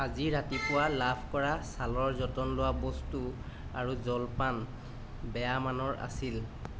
আজি ৰাতিপুৱা লাভ কৰা ছালৰ যতন লোৱা বস্তু আৰু জলপান বেয়া মানৰ আছিল